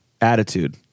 attitude